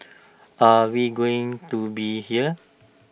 are we going to be here